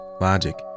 Logic